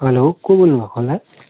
hello को बोल्नु भएको होला है